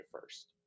first